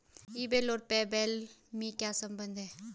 ई बे और PayPal में क्या संबंध है?